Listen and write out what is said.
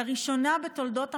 לראשונה בתולדות המדינה,